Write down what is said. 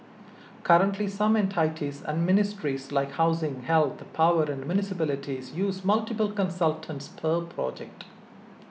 currently some entities and ministries like housing health power and municipalities use multiple consultants per project